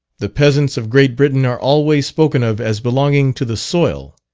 the peasants of great britain are always spoken of as belonging to the soil.